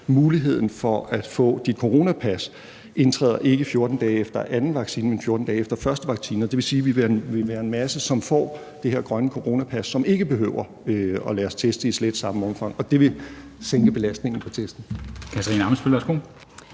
Muligheden for, at du kan få dit coronapas, indtræder ikke 14 dage efter anden vaccine, men 14 dage efter første vaccine. Det vil sige, at der vil være en masse, som får det her grønne coronapas, og som ikke behøver at lade sig teste i slet samme omfang, og det vil sænke belastningen på testene.